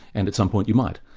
and at some point you might.